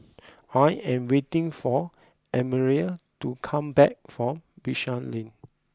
I am waiting for Annemarie to come back from Bishan Lane